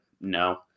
No